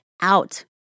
out